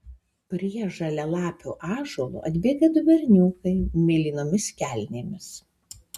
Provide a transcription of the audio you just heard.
prie žalialapio ąžuolo atbėga du berniukai mėlynomis kelnėmis